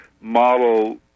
model